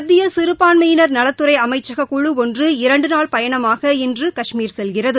மத்திய சிறுபான்மையின நலத்துறை அமைச்சக குழு ஒன்று இரண்டு நாள் பயணமாக இன்று காஷ்மீர் செல்கிறது